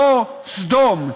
זו סדום.